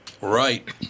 right